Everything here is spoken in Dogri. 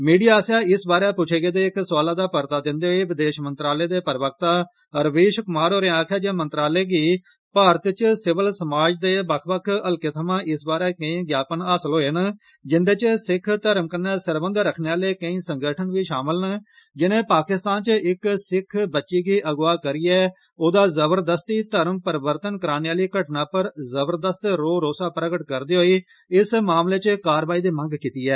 मीडिया आस्सेआ इस बारे पुच्छे गेदे इक सुआले दा परता दिंदे होई विदेश मंत्रालय दे प्रवक्ता रवीश कुमार होरें आक्खेआ ऐ जे मंत्रालय गी भारत च सिविल समाज दे बक्ख बक्ख हल्कें थमां इस बारे कोई ज्ञापन हासल होए न जिंदे च सिक्ख धर्म कन्नै सरबंध रखने आले कोई संगठन बी शामल न जिने पाकिस्तान च इक सिक्ख बच्ची गी अगवाह् करियै ओह्दा जबरदस्ती धर्म परिवर्तन कराने आली घटना पर जबरदस्त रौह प्रगट करदे होई इस मामले च कारवाई दी मंग कीती ऐ